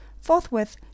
Forthwith